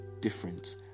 difference